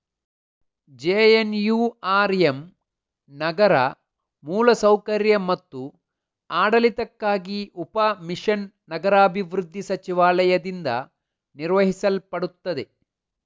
JNURM ನಗರ ಮೂಲ ಸೌಕರ್ಯ ಮತ್ತು ಆಡಳಿತಕ್ಕಾಗಿ ಉಪ ಮಿಷನ್ ನಗರಾಭಿವೃದ್ಧಿ ಸಚಿವಾಲಯದಿಂದ ನಿರ್ವಹಿಸಲ್ಪಡುತ್ತದೆ